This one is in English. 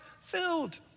filled